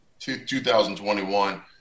2021